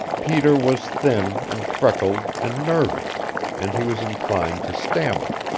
peter was thin and freckled and nervous and he was inclined to stammer.